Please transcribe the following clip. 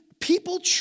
People